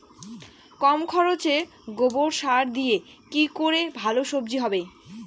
কম খরচে গোবর সার দিয়ে কি করে ভালো সবজি হবে?